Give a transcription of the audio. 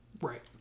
Right